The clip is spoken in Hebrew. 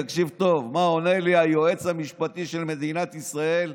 תקשיב טוב מה עונה לי היועץ המשפטי של מדינת ישראל,